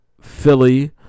Philly